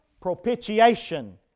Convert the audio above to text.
propitiation